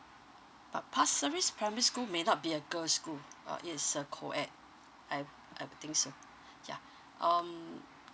pa~ pasir ris primary school may not be a girl school uh it is a coed I I'd think so ya um